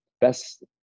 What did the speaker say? best